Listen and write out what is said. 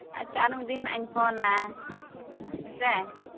ᱟᱪᱪᱷᱟ ᱟᱨᱚ ᱢᱤᱫ ᱫᱤᱱ ᱱᱟᱜ ᱤᱧ ᱯᱷᱳᱱᱟ ᱦᱮᱸᱥᱮ